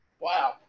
Wow